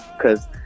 Cause